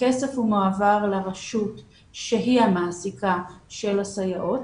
הכסף מועבר לרשות שהיא המעסיקה של הסייעות,